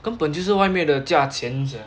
根本就是外面的价钱 sia